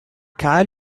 cas